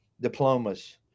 diplomas